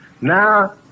Now